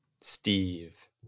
Steve